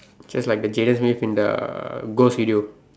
just like the Jayden Smith in the ghost video